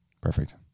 Perfect